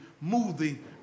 moving